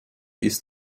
ist